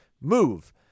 move